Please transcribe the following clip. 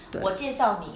对